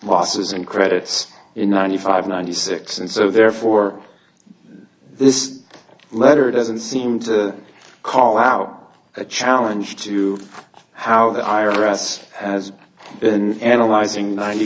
losses and credits in ninety five ninety six and so therefore this letter doesn't seem to call out a challenge to you how the i r s has been analyzing ninety